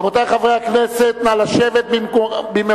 רבותי חברי הכנסת, נא לשבת במקומותיכם.